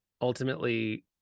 ultimately